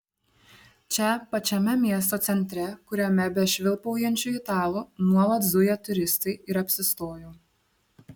čia pačiame miesto centre kuriame be švilpaujančių italų nuolat zuja turistai ir apsistojau